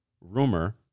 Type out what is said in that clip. rumor